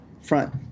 front